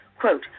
Quote